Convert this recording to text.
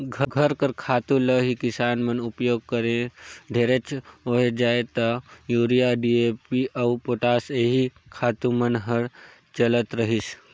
घर कर खातू ल ही किसान मन उपियोग करें ढेरेच होए जाए ता यूरिया, डी.ए.पी अउ पोटास एही खातू मन हर चलत रहिस